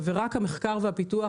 המחקר והפיתוח,